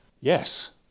Yes